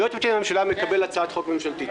יועץ משפטי לממשלה מקבל הצעת חוק ממשלתית.